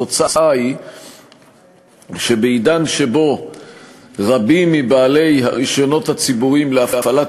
התוצאה היא שבעידן שבו רבים מבעלי הרישיונות הציבוריים להפעלת